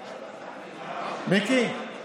מיקי.